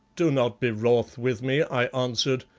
do not be wrath with me, i answered,